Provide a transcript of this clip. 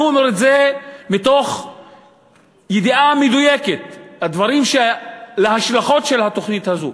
אני אומר את זה מתוך ידיעה מדויקת של ההשלכות של התוכנית הזאת.